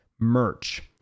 merch